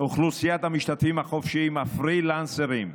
אוכלוסיית המשתתפים החופשיים, הפרילנסרים,